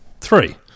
three